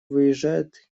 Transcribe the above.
выезжает